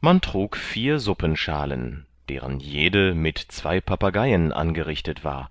man trug vier suppenschalen deren jede mit zwei papageien angerichtet war